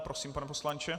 Prosím, pane poslanče.